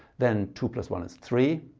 then two plus one is three,